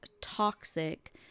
toxic